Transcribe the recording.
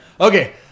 Okay